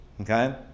okay